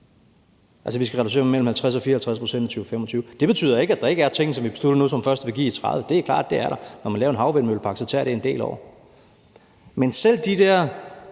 altså reducere mellem 50 og 54 pct. i 2025. Det betyder ikke, at der ikke er ting, som vi beslutter nu, som først vil give noget i 2030. Det er klart, det er der. Når man laver en havvindmøllepark, tager det en del år. Men selv de der